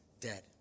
dead